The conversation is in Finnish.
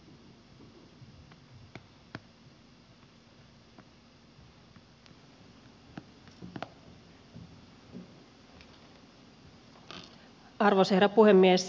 arvoisa herra puhemies